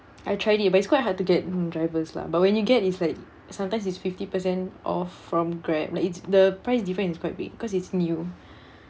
I tried it but it's quite hard to get drivers lah but when you get it's like sometimes it's fifty percent off from Grab like it's the price difference is quite big because it's new